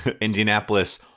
Indianapolis